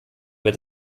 wird